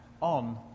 on